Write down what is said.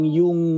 yung